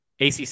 acc